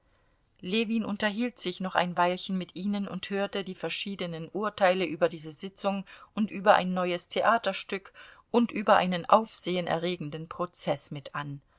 ljewin unterhielt sich noch ein weilchen mit ihnen und hörte die verschiedenen urteile über diese sitzung und über ein neues theaterstück und über einen aufsehen erregenden prozeß mit an